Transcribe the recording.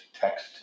text